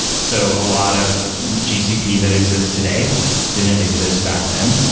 so a lot of gcp that exists today didn't exist back then.